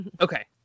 Okay